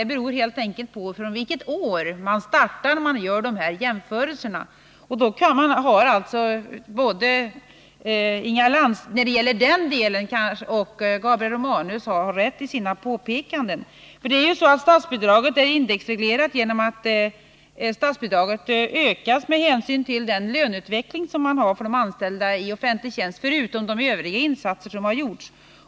Det beror helt enkelt på från vilket år man startar när man gör jämförelserna. I den delen har både Inga Lantz och Gabriel Romanus rätt i sina påpekanden. Statsbidraget är nämligen indexreglerat. Det ökas med hänsyn till löneutvecklingen för de anställda i offentlig tjänst. Dessutom har en del andra insatser gjorts.